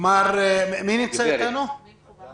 אני כרגע